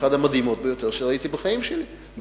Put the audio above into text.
אחת המדהימות ביותר שראיתי בחיים שלי,